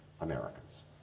Americans